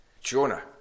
Jonah